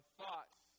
thoughts